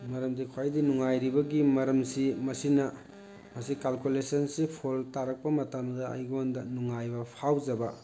ꯃꯔꯝꯗꯤ ꯈ꯭ꯋꯥꯏꯗꯩ ꯅꯨꯡꯉꯥꯏꯔꯤꯕꯒꯤ ꯃꯔꯝꯁꯤ ꯃꯁꯤꯅ ꯃꯁꯤ ꯀꯥꯜꯀꯨꯂꯦꯁꯟꯁꯤ ꯐꯣꯜ ꯇꯥꯔꯛꯄ ꯃꯇꯝꯗ ꯑꯩꯉꯣꯟꯗ ꯅꯨꯡꯉꯥꯏꯕ ꯐꯥꯎꯖꯕ